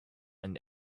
and